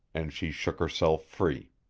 and she shook herself free.